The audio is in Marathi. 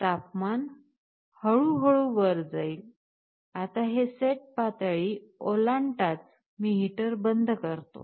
तापमान हळूहळू वर जाईल आता हे सेट पातळी ओलांडताच मी हीटर बंद करतो